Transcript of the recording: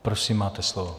Prosím máte slovo.